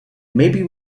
maybe